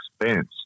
expense